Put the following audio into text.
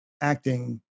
acting